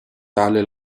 tale